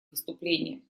выступление